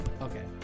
Okay